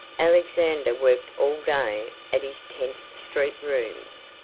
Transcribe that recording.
alexander worked all day at his tenth street rooms.